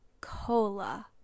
cola